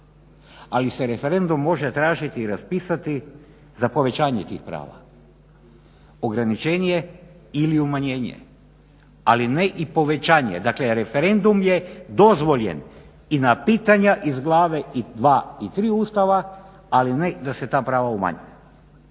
ali se referendum može tražiti i raspisati za povećanje tih prava. Ograničenje ili umanjenje, ali ne i povećanje. Dakle referendum je dozvoljen i na pitanja iz glave 2 i 3 Ustava, ali ne da se ta prava umanjuju.